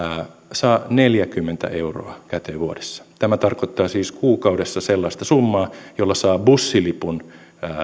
saa neljäkymmentä euroa käteen vuodessa tämä tarkoittaa siis kuukaudessa sellaista summaa jolla saa bussilipun